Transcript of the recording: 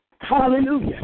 Hallelujah